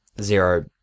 zero